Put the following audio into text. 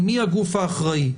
אם היא הגוף האחראי,